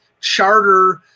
charter